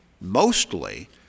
mostly